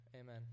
Amen